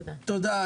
תודה,